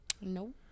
No